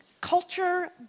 culture